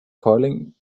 calling